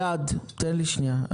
גלעד, תן לי שנייה.